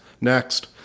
Next